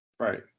Right